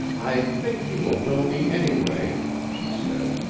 i think he will know me, anyway, she said,